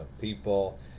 people